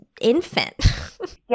infant